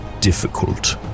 difficult